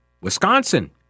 Wisconsin